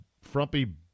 Frumpy